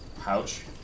pouch